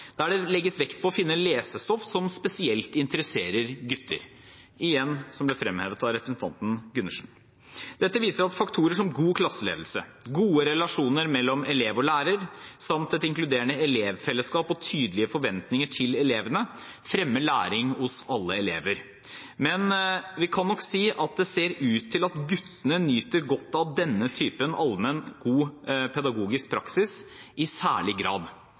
der det legges vekt på å finne lesestoff som spesielt interesserer gutter – igjen som det ble fremhevet av representanten Gundersen. Dette viser at faktorer som god klasseledelse, gode relasjoner mellom elev og lærer samt et inkluderende elevfellesskap og tydelige forventninger til elevene fremmer læring hos alle elever. Men vi kan nok si at det ser ut til at guttene nyter godt av denne typen allmenn, god pedagogisk praksis i særlig grad.